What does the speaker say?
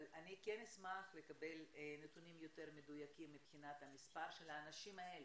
אבל אני כן אשמח לקבל נתונים יותר מדויקים מבחינת המספר של האנשים האלה.